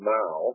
now